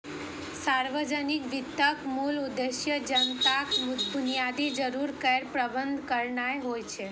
सार्वजनिक वित्तक मूल उद्देश्य जनताक बुनियादी जरूरत केर प्रबंध करनाय होइ छै